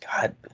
God